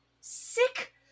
Sick